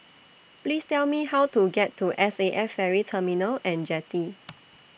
Please Tell Me How to get to S A F Ferry Terminal and Jetty